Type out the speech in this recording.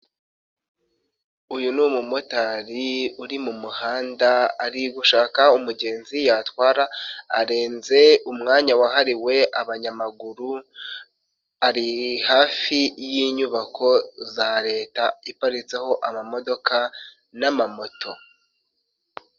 Uyu ni umumotari uri mu muhanda ari gushaka umugenzi yatwara, arenze umwanya wahariwe abanyamaguru, ari hafi y'inyubako za leta iparitseho amamodoka n'amamoto.